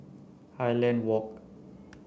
Highland Walk